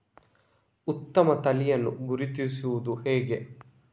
ಉತ್ತಮ ತಳಿಯನ್ನು ಗುರುತಿಸುವುದು ಹೇಗೆ?